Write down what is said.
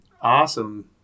Awesome